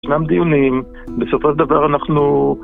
ישנם דיונים, בסופו של דבר אנחנו...